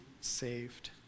saved